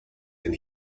denn